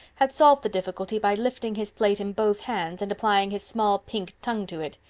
had solved the difficulty by lifting his plate in both hands and applying his small pink tongue to it.